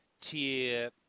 tier